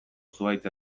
zuhaitz